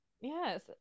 Yes